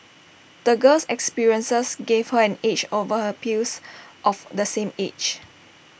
the girl's experiences gave her an edge over her peers of the same age